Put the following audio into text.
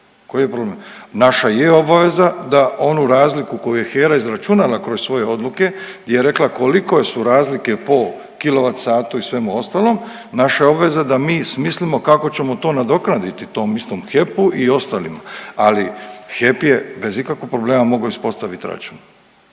Koji je problem? Naša je obaveza da onu razliku koju je HERA izračunala kroz svoje odluke gdje je rekla koliko su razlike po kWh i svemu ostalom, naša je obveza da mi smislimo kako ćemo to nadoknaditi tom istom HEP-u i ostalima, ali HEP je bez ikakvog problema mogao ispostaviti račun.